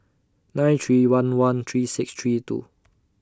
nine three one one three six three two